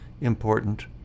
important